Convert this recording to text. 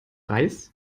reis